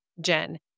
Jen